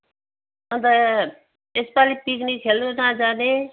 अनि त यसपालि पिकनिक खेल्नु कहाँ जाने